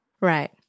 Right